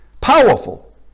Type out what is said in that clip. powerful